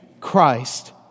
Christ